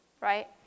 right